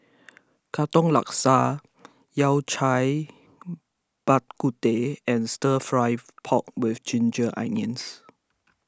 Katong Laksa Yao Cai Bak Kut Teh and Stir Fried Pork with Ginger Onions